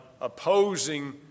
opposing